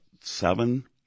seven